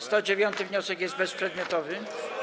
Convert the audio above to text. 109. wniosek jest bezprzedmiotowy.